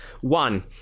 one